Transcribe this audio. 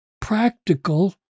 practical